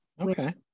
Okay